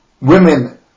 women